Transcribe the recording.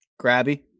grabby